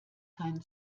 keinen